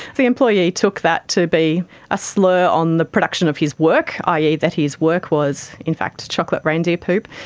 the employee took that to be a slur on the production of his work, i. e. that his work was in fact chocolate reindeer poop,